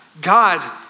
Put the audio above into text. God